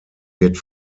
wird